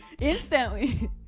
instantly